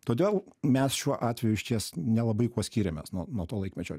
todėl mes šiuo atveju išties nelabai kuo skiriamės nuo nuo to laikmečio